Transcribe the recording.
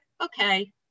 okay